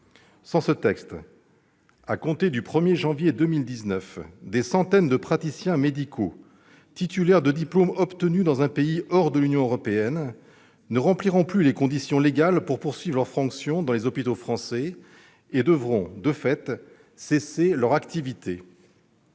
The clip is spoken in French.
Sans ce texte, à compter du 1janvier 2019, des centaines de praticiens médicaux titulaires de diplômes obtenus dans un pays hors de l'Union européenne ne rempliront plus les conditions légales pour poursuivre leurs fonctions dans les hôpitaux français et devront, de fait, cesser leur activité.